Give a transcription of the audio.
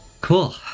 cool